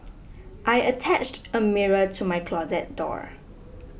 I attached a mirror to my closet door